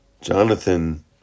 Jonathan